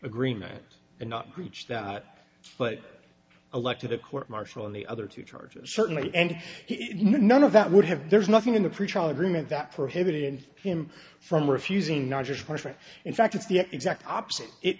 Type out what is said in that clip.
agreement and not breached that but elected a court martial and the other two charges certainly and none of that would have there's nothing in the pretrial agreement that prohibited him from refusing not just parchment in fact it's the exact opposite it